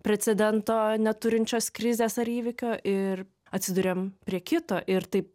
precedento neturinčios krizės ar įvykio ir atsiduriam prie kito ir taip